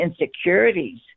insecurities